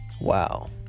Wow